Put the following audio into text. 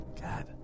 God